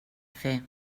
fer